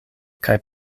kaj